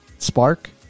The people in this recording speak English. Spark